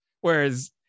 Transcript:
Whereas